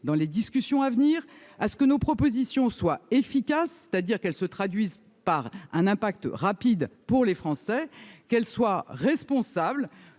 dans les discussions à venir à ce que ces propositions soient efficaces, c'est-à-dire qu'elles se traduisent par un impact rapide pour les Français, mais aussi responsables,